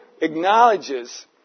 acknowledges